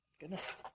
goodness